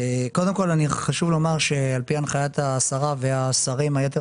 קודם כל חשוב לומר שעל פי הנחיית השרה ויתר